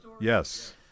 Yes